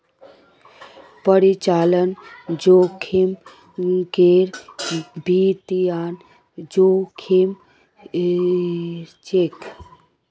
परिचालन जोखिम गैर वित्तीय जोखिम हछेक